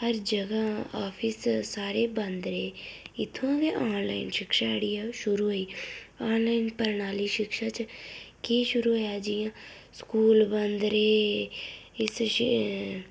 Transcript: हर जगह् आफिस सारे बंद रेह् इत्थूं दा गै आनलाइन शिक्षा जेह्ड़ी ऐ ओह् शुरु होई आनलाइन पढ़ाई शिक्षा च की शुरु होई जि'यां स्कूल बंद रेह् इस च